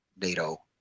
NATO